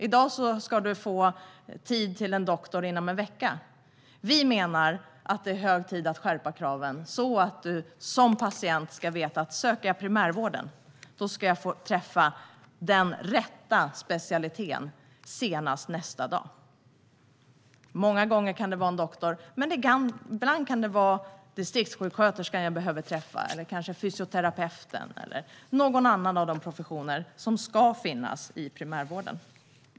I dag ska man få tid hos en doktor inom en vecka, men vi menar att det är hög tid att skärpa kraven så att patienterna vet att den som söker hjälp inom primärvården ska få träffa rätt specialist senast nästa dag. Många gånger kan detta vara en doktor, men ibland kan det vara distriktssjuksköterskan, fysioterapeuten eller någon annan av de professioner som ska finnas inom primärvården som jag behöver träffa.